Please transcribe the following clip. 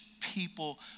people